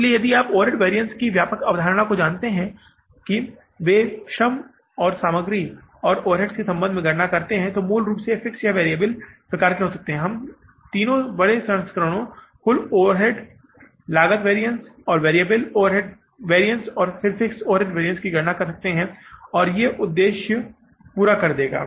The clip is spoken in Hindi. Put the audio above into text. इसलिए यदि आप ओवरहेड वैरिअन्स की व्यापक अवधारणा को जानते हैं कि वे सामग्री श्रम और ओवरहेड्स के संबंध में गणना करते हैं तो मूल रूप से फिक्स्ड या वेरिएबल प्रकार के होते हैं और हम तीन बड़े संस्करणों कुल ओवरहेड लागत वैरिअन्स और वेरिएबल ओवरहेड वैरिअन्स और फिर फिक्स्ड ओवरहेड वैरिअन्स की गणना कर सकते हैं और ये उद्देश्य लो पूरा कर देगा